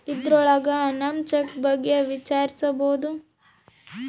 ಇದ್ರೊಳಗ ನಮ್ ಚೆಕ್ ಬಗ್ಗೆ ವಿಚಾರಿಸ್ಬೋದು